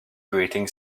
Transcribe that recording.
grating